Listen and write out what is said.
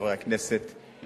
חברי הכנסת,